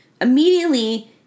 Immediately